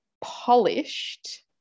polished